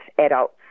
adults